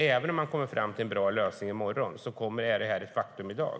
Även om man kommer fram till en bra lösning i morgon är det här ett faktum i dag.